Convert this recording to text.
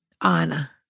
Anna